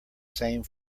same